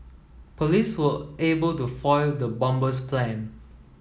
police were able to foil the bomber's plan